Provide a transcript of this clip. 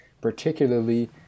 particularly